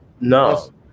no